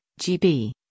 GB